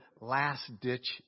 last-ditch